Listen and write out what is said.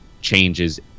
changes